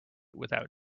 without